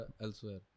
elsewhere